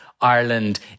Ireland